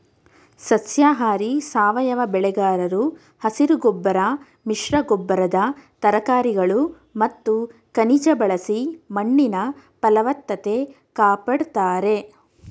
ಸಸ್ಯಾಹಾರಿ ಸಾವಯವ ಬೆಳೆಗಾರರು ಹಸಿರುಗೊಬ್ಬರ ಮಿಶ್ರಗೊಬ್ಬರದ ತರಕಾರಿಗಳು ಮತ್ತು ಖನಿಜ ಬಳಸಿ ಮಣ್ಣಿನ ಫಲವತ್ತತೆ ಕಾಪಡ್ತಾರೆ